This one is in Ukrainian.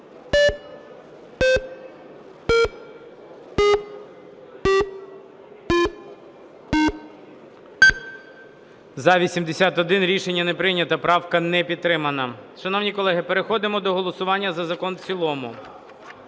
За-81 Рішення не прийнято. Правка не підтримана. Шановні колеги, переходимо до голосування за закон в цілому.